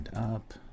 Up